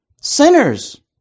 sinners